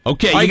Okay